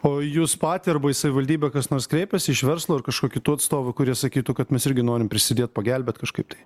o į jus patį arba į savivaldybę kas nors kreipiasi iš verslo ar kažko kitų atstovų kurie sakytų kad mes irgi norim prisidėt pagelbėt kažkaip tai